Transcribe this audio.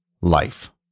life